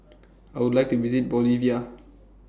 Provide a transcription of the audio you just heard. I Would like to visit Bolivia